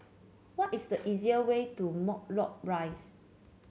what is the easier way to Matlock Rise